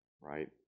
right